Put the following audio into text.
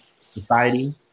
society